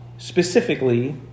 specifically